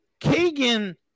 Kagan